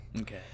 okay